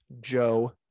Joe